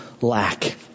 lack